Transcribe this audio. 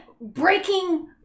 breaking